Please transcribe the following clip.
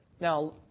Now